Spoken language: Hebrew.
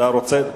אתה רוצה?